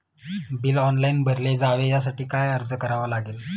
Bill online भरले जावे यासाठी काय अर्ज करावा लागेल?